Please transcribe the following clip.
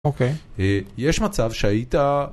אוקיי. אה... יש מצב שהיית...